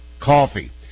coffee